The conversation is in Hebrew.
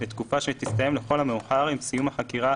לתקופה שתסתיים לכל המאוחר עם סיום החקירה